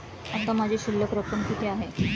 आता माझी शिल्लक रक्कम किती आहे?